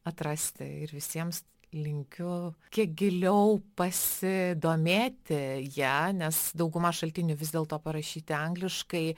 atrasti ir visiems linkiu kiek giliau pasidomėti ja nes dauguma šaltinių vis dėlto parašyti angliškai